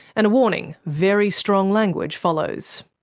and a warning, very strong language follows.